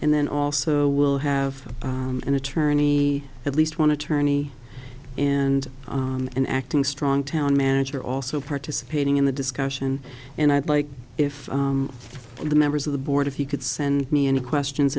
and then also we'll have an attorney at least one attorney and an acting strong town manager also participating in the discussion and i'd like if the members of the board if you could send me any questions